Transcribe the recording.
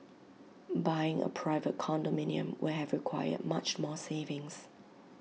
buying A private condominium will have required much more savings